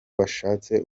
washatse